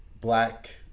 black